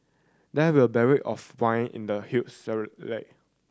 there were barrel of wine in the huge